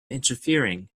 interfering